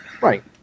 Right